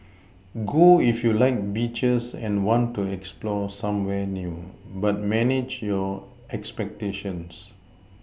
go if you like beaches and want to explore somewhere new but manage your expectations